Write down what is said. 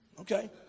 Okay